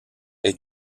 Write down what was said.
est